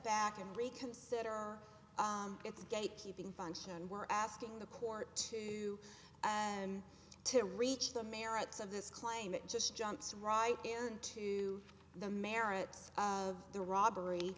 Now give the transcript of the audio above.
back and reconsider our its gatekeeping function we're asking the court to and to reach the merits of this claim that just jumps right and to the merits of the robbery